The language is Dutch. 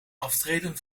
aftreden